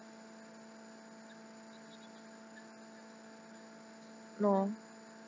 no